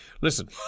Listen